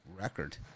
record